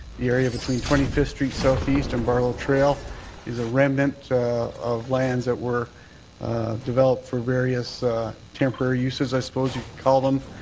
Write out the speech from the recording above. the area between twenty fifth street southeast and barlow trail is a remnant of lands that were developed for various temporary uses, i suppose you could call them,